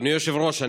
אדוני היושב-ראש,